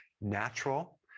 natural